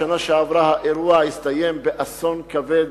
בשנה שעברה האירוע הסתיים באסון כבד,